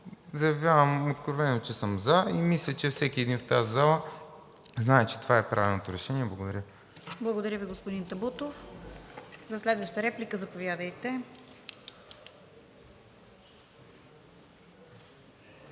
заявявам откровено, че съм за и мисля, че всеки един в тази зала знае, че това е правилното решение. Благодаря. ПРЕДСЕДАТЕЛ РОСИЦА КИРОВА: Благодаря Ви, господин Табутов. За следваща реплика, заповядайте.